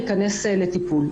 יכנס לטיפול.